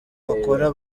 bakora